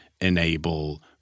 enable